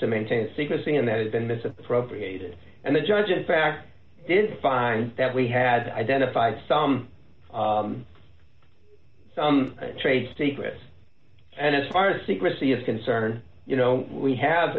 to maintain secrecy and that has been misappropriated and the judge in fact did find that we had identified some trade secrets and as far as secrecy is concerned you know we have